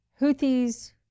Houthis